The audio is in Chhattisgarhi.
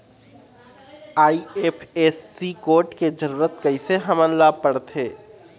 आई.एफ.एस.सी कोड के जरूरत कैसे हमन ला पड़थे?